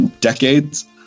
decades